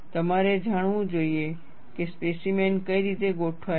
તમારે જાણવું જોઈએ કે સ્પેસીમેન કઈ રીતે ગોઠવાયેલ છે